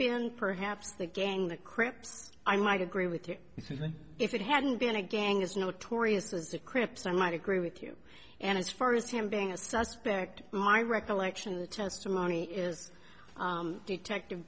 been perhaps the gang the crips i might agree with you if it hadn't been a gang is notorious was the crips i might agree with you and as far as him being a suspect my recollection of the testimony is detective